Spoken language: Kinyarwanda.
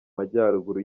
majyaruguru